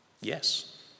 Yes